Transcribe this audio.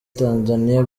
tanzania